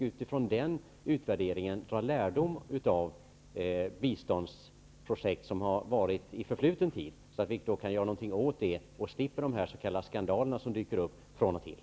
Utifrån denna utvärdering kunde man sedan ta lärdom av biståndsprojekt från förfluten tid. Då skulle man slippa sådana skandaler som har dykt upp från och till.